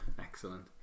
Excellent